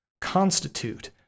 constitute